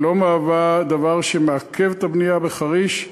היא לא מהווה דבר שמעכב את הבנייה בחריש.